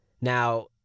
Now